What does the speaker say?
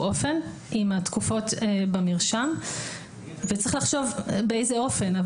אופן עם התקופות במרשם וצריך לחשוב באיזה אופן.